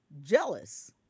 jealous